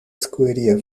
escudería